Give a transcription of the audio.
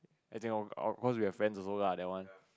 as in of of course we have friends also lah that one